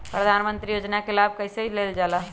प्रधानमंत्री योजना कि लाभ कइसे लेलजाला?